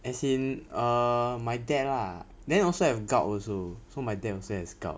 as in err my dad lah then also have gout also so my dad will